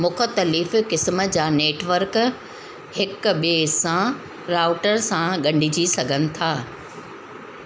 मुख्तलिफ़ु क़िस्म जा नेटवर्क हिकु ॿिए सां राउटर सां ॻंढिजी सघनि था